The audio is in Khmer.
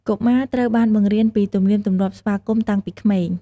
កុមារត្រូវបានបង្រៀនពី ទំនៀមទម្លាប់ស្វាគមន៍ តាំងពីក្មេង។